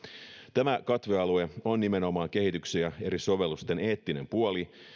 tämä katvealue on nimenomaan kehityksen ja eri sovellusten eettinen puoli